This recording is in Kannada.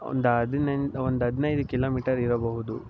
ಒಂದು ಹದಿನೆಂಟು ಒಂದು ಹದಿನೈದು ಕಿಲೋಮೀಟರ್ ಇರಬಹುದು